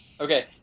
Okay